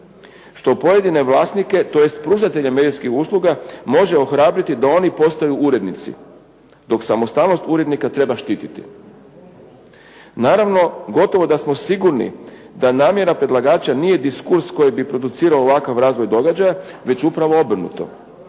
Što pojedine vlasnike tj. Pružatelje medijskih usluga može ohrabriti da oni postaju urednici dok samostalnost urednika treba štititi. Naravno gotovo da smo sigurni da namjera predlagača nije diskurs koji bi producirao ovakav razvoj događaja već upravo obrnuto.